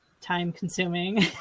time-consuming